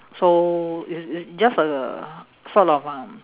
so it's it's just a sort of uh